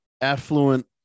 affluent